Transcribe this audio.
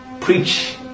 Preach